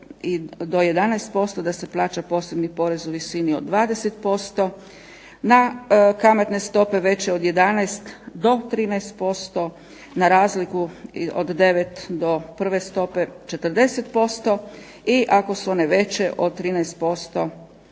i do 11% da se plaća porezni porez u visini od 20%, na kamatne stope veće od 11 do 13% na razliku od 9 do prve stope 40% i ako su one veće od 13%